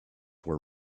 were